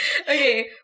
Okay